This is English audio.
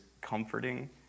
comforting